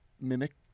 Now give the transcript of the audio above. mimic